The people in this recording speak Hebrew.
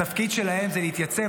התפקיד שלהם זה להתייצב,